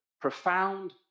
profound